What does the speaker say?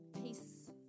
peace